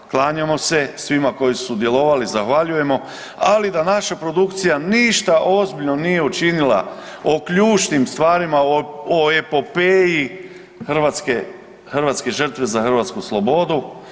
Klanjamo se svima koji su sudjelovali zahvaljujemo, ali da naša produkcija ništa ozbiljno nije učinila o ključnim stvarima, o epopeji hrvatske žrtve za hrvatsku slobodu.